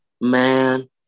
Man